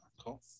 cool